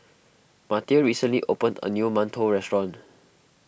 Marty a recently opened a new Mantou restaurant